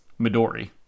Midori